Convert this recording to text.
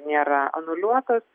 nėra anuliuotos